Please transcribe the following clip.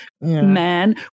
man